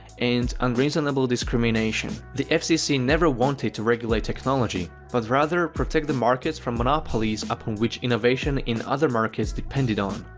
and unreasonable discrimination. the fcc never wanted to regulate technology, but rather protect the markets from monopolies upon which innovation in other markets depended on.